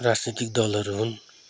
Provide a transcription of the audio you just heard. राजनीतिक दलहरू हुन्